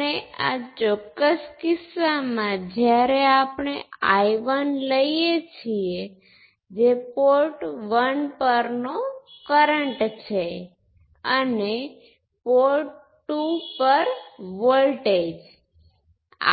તેથી જો મારી પાસે એક કંડક્ટન્સ હોય જેની કિંમત y11 હોય તો તે કરંટ ને ડ્રો સોર્સ છે